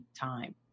time